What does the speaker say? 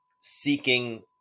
seeking